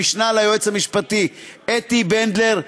המשנה ליועץ המשפטי אתי בנדלר,